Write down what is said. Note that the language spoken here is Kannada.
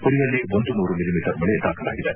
ಪುರಿಯಲ್ಲಿ ಒಂದು ನೂರು ಮಿಲಿಮೀಟರ್ ಮಳೆ ದಾಖಲಾಗಿದೆ